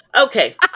Okay